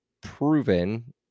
proven